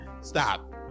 stop